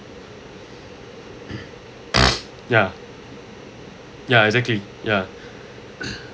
ya ya exactly ya